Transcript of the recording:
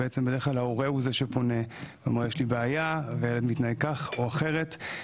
בדרך כלל ההורה הוא זה שפונה ואומר שיש לו בעיה והילד מתנהג כך או אחרת.